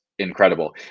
incredible